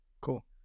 Cool